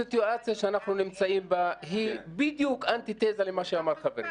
הסיטואציה שאנחנו נמצאים בה היא בדיוק אנטי תזה למה שאמר חברי,